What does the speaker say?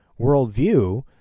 worldview